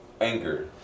anger